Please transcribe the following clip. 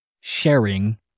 sharing